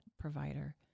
provider